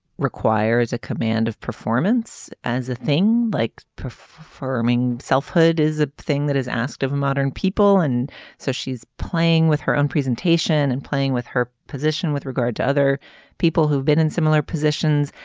requires a command of performance as a thing like performing selfhood is a thing that is asked of a modern people and so she's playing with her own presentation and playing with her position with regard to other people who've been in similar positions.